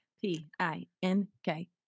P-I-N-K